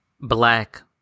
black